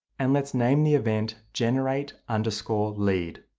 and let's name the event generate, underscore, lead.